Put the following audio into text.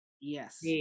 yes